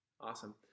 awesome